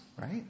right